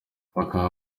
bakaba